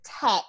tech